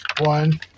one